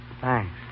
Thanks